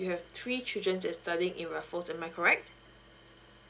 you have three children that's studying in raffles am I correct